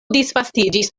disvastiĝis